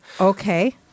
Okay